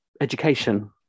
education